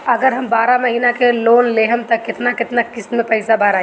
अगर हम बारह महिना के लोन लेहेम त केतना केतना किस्त मे पैसा भराई?